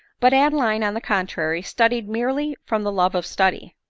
but adeline, on the contrary, studied merely from the love of study,